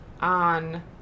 on